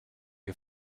you